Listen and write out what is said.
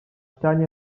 ścianie